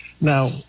Now